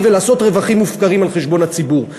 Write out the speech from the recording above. ולעשות רווחים מופקרים על חשבון הציבור.